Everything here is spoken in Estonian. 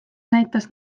näitas